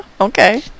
Okay